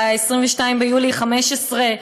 ב-22 ביולי 2015,